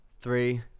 Three